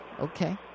Okay